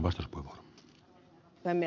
huomaa että ed